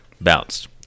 Bounced